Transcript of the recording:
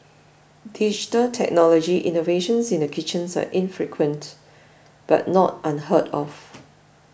digital technology innovations in the kitchens are infrequent but not unheard of